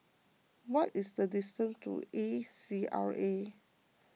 what is the distance to A C R A